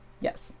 Yes